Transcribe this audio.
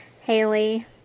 Haley